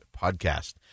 podcast